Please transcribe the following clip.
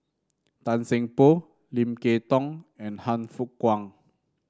Tan Seng Poh Lim Kay Tong and Han Fook Kwang